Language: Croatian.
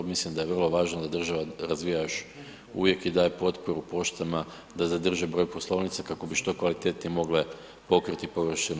Mislim da je vrlo važno da država razvija još uvijek i daje potporu poštama da zadrže broj poslovnica kako bi što kvalitetnije mogle pokriti površinu.